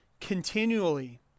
continually